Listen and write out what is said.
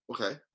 Okay